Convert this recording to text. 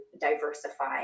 diversify